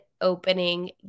opening